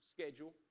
schedule